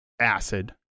acid